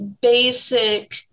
basic